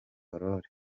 aurore